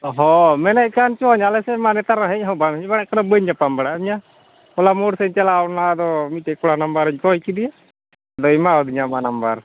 ᱦᱚᱸ ᱢᱮᱱᱮᱫ ᱠᱟᱱᱪᱚᱧ ᱟᱞᱮ ᱥᱮᱫ ᱢᱟ ᱱᱮᱛᱟᱨ ᱦᱮᱡ ᱦᱚᱸ ᱵᱟᱢ ᱦᱮᱡ ᱵᱟᱲᱟᱜ ᱠᱟᱱᱟ ᱵᱟᱹᱧ ᱧᱟᱯᱟᱢ ᱵᱟᱲᱟᱭᱮᱫ ᱢᱮᱭᱟ ᱦᱚᱞᱟ ᱢᱳᱲ ᱥᱮᱫ ᱤᱧ ᱪᱟᱞᱟᱣ ᱞᱮᱱᱟ ᱟᱫᱚ ᱢᱤᱫᱴᱮᱱ ᱠᱚᱲᱟ ᱱᱟᱢᱵᱟᱨᱤᱧ ᱠᱚᱭ ᱠᱮᱫᱮᱭᱟ ᱟᱫᱚᱭ ᱮᱢᱟᱣᱟᱫᱤᱧᱟ ᱟᱢᱟᱜ ᱱᱟᱢᱵᱟᱨ